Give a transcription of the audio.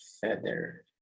feather